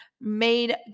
made